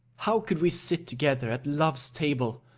how could we sit together at love's table?